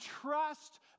trust